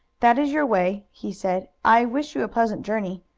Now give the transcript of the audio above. that is your way, he said. i wish you a pleasant journey.